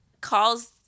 calls